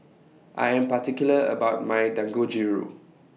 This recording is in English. I Am particular about My Dangojiru